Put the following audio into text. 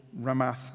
Ramath